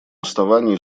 основании